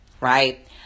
right